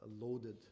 loaded